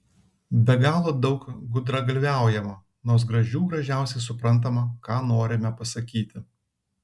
be galo daug gudragalviaujama nors gražių gražiausiai suprantama ką norime pasakyti